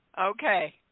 Okay